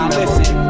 listen